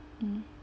mm